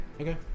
Okay